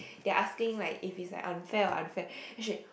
they are asking like if it's an unfair or unfair